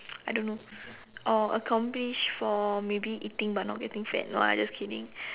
I don't know or accomplished for maybe eating but not getting fat no lah just kidding